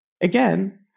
again